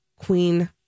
Queen